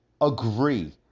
agree